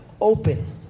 open